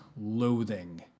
loathing